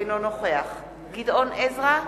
אינו נוכח גדעון עזרא,